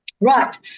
Right